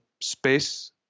space